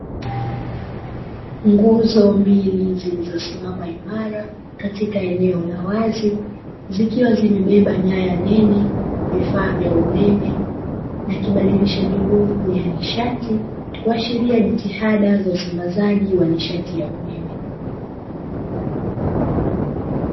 Nguzo mbili zilizosimama imara, katika eneo la wazi, zikiwa zimebeba nyaya nene, vifaa vya umeme, na kibadilishaji nguvu ya nishati, kuashiria jitihada za usambazaji wa nishati ya umeme.